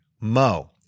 mo